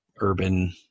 urban